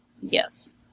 Yes